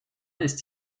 ist